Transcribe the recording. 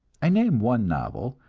i name one novel,